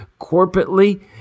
corporately